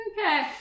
Okay